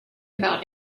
about